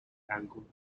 angle